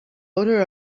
odor